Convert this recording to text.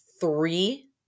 three